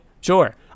sure